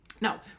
Now